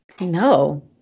No